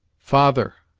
father!